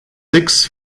six